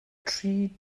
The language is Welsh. tri